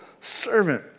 servant